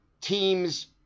team's